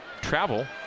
travel